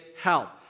help